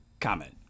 comment